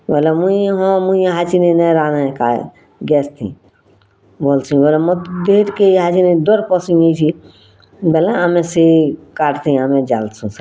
ବଲେ ମୁଇଁ ହଁ ମୁଇଁ ଇହାଛିନ୍ ନା ରନ୍ଧେ ଏକା ଗ୍ୟାସ୍ଥି ବଲ୍ସି ବଲେ ମୋର୍ ଇହାଛିନ୍ ଡର୍ ପଶି ଯାଇଛେ ବଲେ ଆମେ ସେ କାଠ୍ଥି ଆମେ ଜାଲ୍ସୁଁ ସେଟା